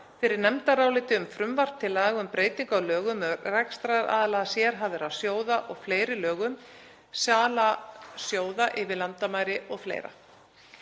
fyrir nefndaráliti um frumvarp til laga um breytingu á lögum um rekstraraðila sérhæfðra sjóða og fleiri lögum (sala sjóða yfir landamæri o.fl.).